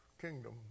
kingdom